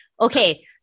okay